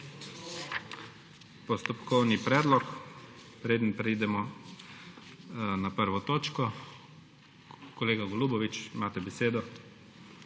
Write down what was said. Postopkovni predlog, preden preidemo na 1. točko. Kolega Golubović, imate besedo.